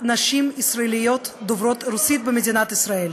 נשים ישראליות דוברות רוסית במדינת ישראל.